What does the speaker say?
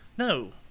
No